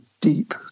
deep